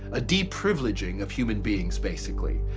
a de-privileging of human beings, basically.